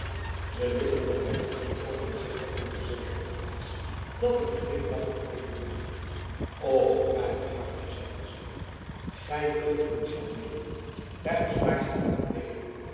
de lippen van mechtelt vertrokken zich bij dit gezegde tot iets dat een glimlach beteekenen moest och mijn hartje zeide zij gij kunt er niets van meenen daar was klaartje van den abeele